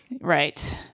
Right